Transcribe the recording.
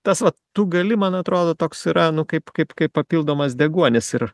tas va tu gali man atrodo toks yra nu kaip kaip kaip papildomas deguonis ir